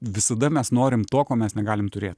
visada mes norim to ko mes negalim turėt